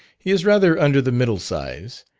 he is rather under the middle size,